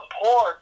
support